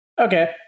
Okay